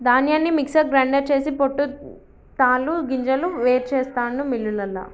ధాన్యాన్ని mixer grinder చేసి పొట్టు తాలు గింజలు వేరు చెస్తాండు మిల్లులల్ల